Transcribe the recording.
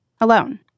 Alone